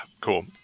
cool